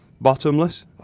bottomless